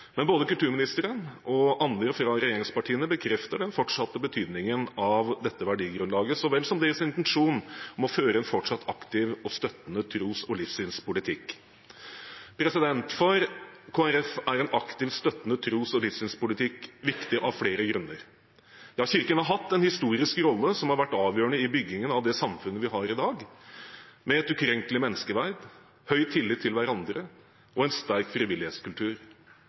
Men både kulturministeren og andre fra regjeringspartiene bekrefter den fortsatte betydningen av dette verdigrunnlaget, så vel som deres intensjon om å føre en fortsatt aktiv og støttende tros- og livssynspolitikk. For Kristelig Folkeparti er en aktiv, støttende tros- og livssynspolitikk viktig av flere grunner, da kirken har hatt en historisk rolle som har vært avgjørende i byggingen av det samfunnet vi har i dag, med et ukrenkelig menneskeverd, høy tillit til hverandre og en sterk frivillighetskultur.